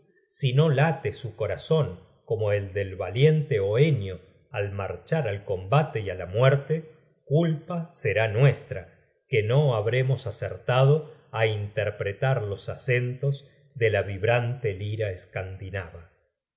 no late su corazon como el del valiente hoenio al marchar al combate y á la muerte culpa será nuestra que no habremos acertado á interpretar los acentos de la vibrante lira scandinava